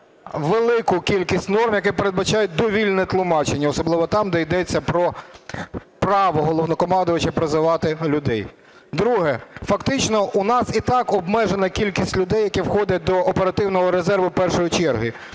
велику кількість норм, які передбачають довільне тлумачення, особливо там, де йдеться про право Головнокомандувача призивати людей. Друге. Фактично у нас і так обмежена кількість людей, які входять до оперативного резерву першої черги.